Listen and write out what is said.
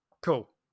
Cool